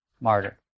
martyr